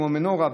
כמו מנורה,